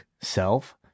self